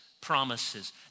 promises